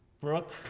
Brooke